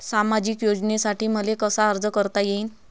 सामाजिक योजनेसाठी मले कसा अर्ज करता येईन?